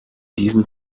diesem